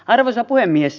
arvoisa puhemies